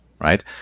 right